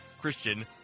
Christian